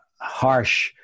harsh